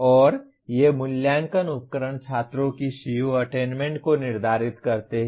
और ये मूल्यांकन उपकरण छात्रों की CO अटेन्मेन्ट को निर्धारित करते हैं